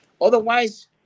Otherwise